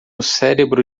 cérebro